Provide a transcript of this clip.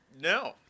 No